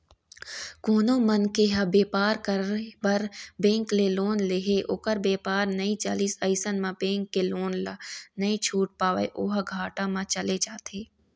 कोनो मनखे ह बेपार करे बर बेंक ले लोन ले हे ओखर बेपार नइ चलिस अइसन म बेंक के लोन ल नइ छूट पावय ओहा घाटा म चले जाथे